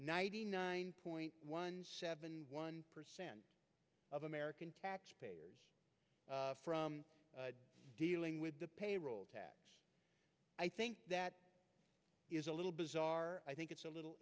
ninety nine point one seven one percent of american taxpayers from dealing with the payroll tax i think that is a little bizarre i think it's a little